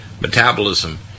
metabolism